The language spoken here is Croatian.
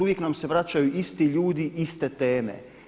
Uvijek nam se vraćaju isti ljudi, iste teme.